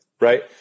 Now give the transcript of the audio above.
right